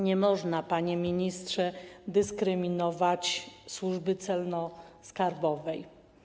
Nie można, panie ministrze, dyskryminować służby celno-skarbowej.